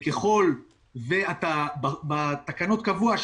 ובתקנות קבוע,